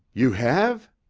you have?